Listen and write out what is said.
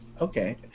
okay